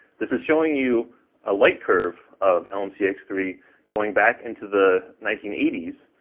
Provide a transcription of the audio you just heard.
this is showing you a light curve of lmc x three going back into the nineteen eighty s,